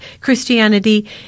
Christianity